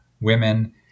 women